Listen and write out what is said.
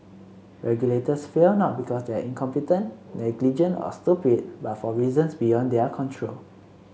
regulators fail not because they are incompetent negligent or stupid but for reasons beyond their control